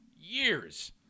Years